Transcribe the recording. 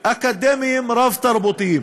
אקדמיים רב-תרבותיים.